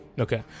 Okay